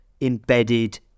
embedded